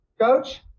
Coach